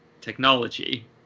technology